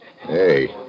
Hey